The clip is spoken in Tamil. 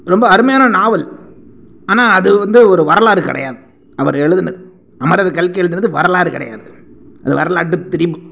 ரொம்ப அருமையான நாவல் ஆனால் அது வந்து ஒரு வரலாறு கிடையாது அவரு எழுதினது அமரர் கல்கி எழுதினது வரலாறு கிடையாது அது வரலாற்று திரிபம்